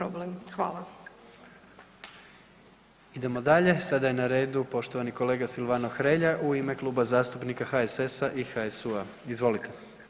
Idemo dalje, sada je na redu poštovani kolega Silvano Hrelja u ime Kluba zastupnika HSS-a i HSU-a, izvolite.